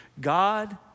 God